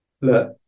look